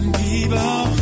people